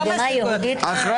עאידה, אני אחרייך.